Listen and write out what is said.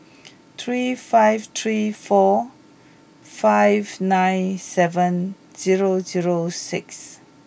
three five three four five nine seven zero zero six